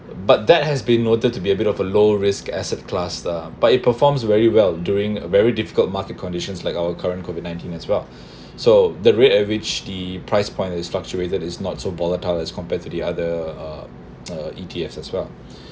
but that has been noted to be a bit of a low risk asset class uh but it performs very well during a very difficult market conditions like our current covid nineteen as well so the rate at which the price point and fluctuated is not so volatile as compared to the other uh uh E_T_F as well